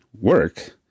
work